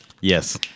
Yes